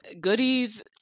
goodies